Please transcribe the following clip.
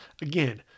Again